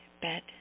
bed